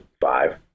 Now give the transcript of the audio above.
five